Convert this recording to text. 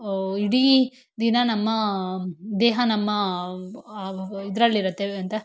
ಇಡೀ ದಿನ ನಮ್ಮ ದೇಹ ನಮ್ಮ ಇದರಲ್ಲಿರತ್ತೆ ಎಂಥ